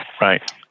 Right